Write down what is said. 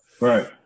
Right